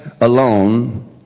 alone